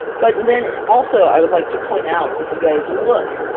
but and then also, i would like to point out if you guys look,